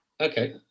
Okay